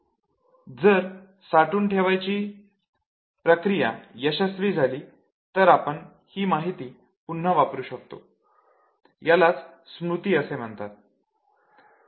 जर साठवून ठेवण्याची प्रक्रिया यशस्वी झाली तर आपण ही माहिती पुन्हा वापरू शकतो यालाच स्मृती असे म्हणतात